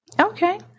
Okay